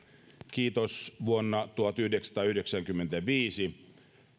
kiitos vuonna tuhatyhdeksänsataayhdeksänkymmentäviisi